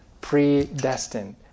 predestined